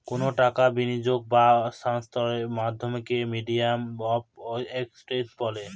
কোনো টাকার বিনিয়োগ বা স্থানান্তরের মাধ্যমকে মিডিয়াম অফ এক্সচেঞ্জ বলে